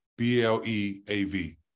BLEAV